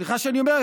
סליחה שאני אומר,